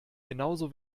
genauso